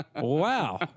Wow